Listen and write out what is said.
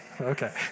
Okay